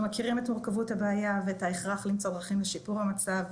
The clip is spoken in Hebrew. אנחנו מכירים את מורכבות הבעיה ואת ההכרח למצוא דרכים לשיפור המצב,